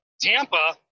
Tampa